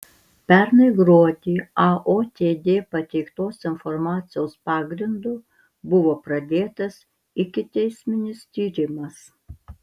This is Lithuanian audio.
pernai gruodį aotd pateiktos informacijos pagrindu buvo pradėtas ikiteisminis tyrimas